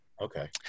Okay